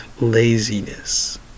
laziness